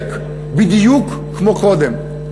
העסק בדיוק כמו קודם.